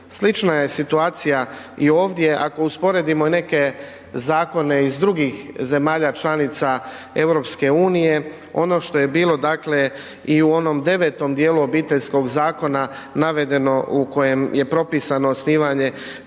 Slična je situacija i ovdje, ako usporedimo neke zakone iz drugih zemalja članica EU, ono što je bilo i u onom devetom dijelu Obiteljskog zakona navedeno u kojem je propisano osnivanje